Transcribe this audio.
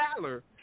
valor